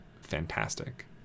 fantastic